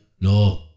No